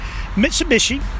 Mitsubishi